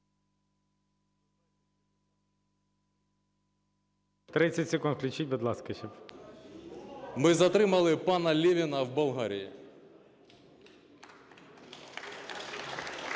Ми затримали пана Левіна в Болгарії.